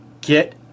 get